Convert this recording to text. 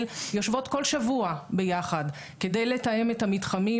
יושבות כל שבוע ביחד כדי לתאם את המתחמים,